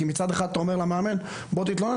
כי מצד אחד אתה אומר למאמן בוא תתלונן,